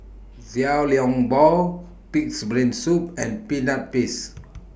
Xiao Long Bao Pig'S Brain Soup and Peanut Paste